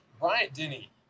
Bryant-Denny